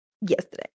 yesterday